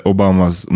Obamas